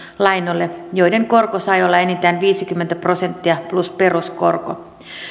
lainoille joiden korko sai olla enintään viisikymmentä prosenttia plus peruskorko